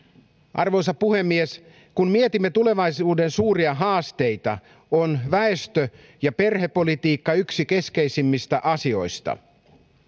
arvoisa puhemies kun mietimme tulevaisuuden suuria haasteita on väestö ja perhepolitiikka yksi keskeisimmistä asioista